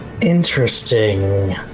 Interesting